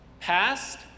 past